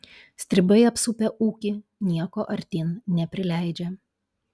stribai apsupę ūkį nieko artyn neprileidžia